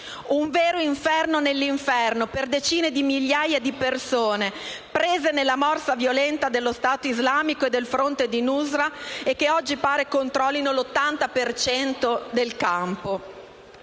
un vero inferno nell'inferno, per decine di migliaia di persone, prese nella morsa violenta dello Stato islamico e del Fronte al-Nusra, che oggi pare controllino l'80 per cento